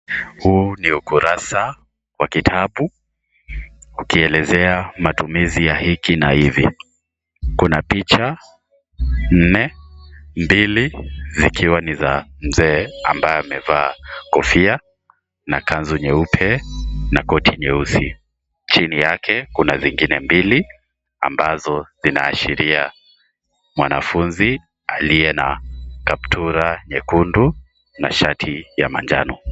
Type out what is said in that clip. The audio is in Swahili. Huu ni ukurasa wa kitabu, ukielezea matumizi ya hiki na hivi, kuna picha, nne, mbili zikiwa ni za mzee ambaye amevaa, kofia, na kanzu nyeupe, na koti nyeusi, chini yake, kuna vingine mbili, ambazo zinaashiria mwanafunzi aliye na kaptura nyekundu, na shati ya manjano.